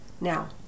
Now